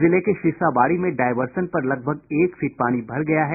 जिले के शीशाबाड़ी में डायवर्सन पर लगभग एक फीट पानी भर गया है